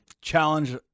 challenge